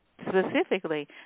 specifically